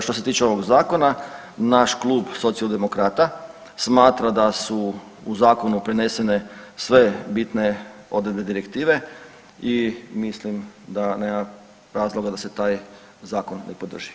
Što se tiče ovog Zakona, naš Klub socijaldemokrata smatra da su u Zakonu prenesene sve bitne odredbe direktive i mislim da nema razloga da se taj Zakon ne podrži.